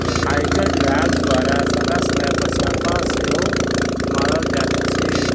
आयकर विभाग द्वारा समय समय पर छापा सेहो मारल जाइत अछि